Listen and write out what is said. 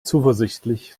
zuversichtlich